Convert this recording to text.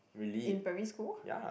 in primary school